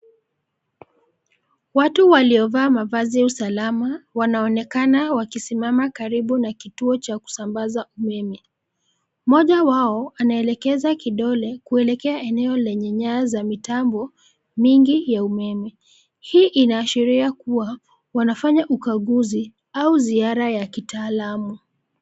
Watu waliovaa mavazi ya usalama wanaonekana wakisimama karibu na kituo cha kusambaza umeme, mmoja wao anaelekeza kidole kuelekea eneo lenye nyaya za mitambo, mingi ya umeme, hii inaashiria kuwa, wanafanya ukaguzi, au ziara ya kitaalamu.